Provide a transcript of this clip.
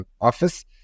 office